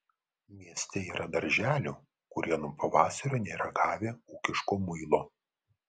mieste yra darželių kurie nuo pavasario nėra gavę ūkiško muilo